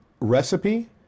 recipe